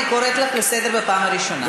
אני קוראת אותך לסדר פעם ראשונה.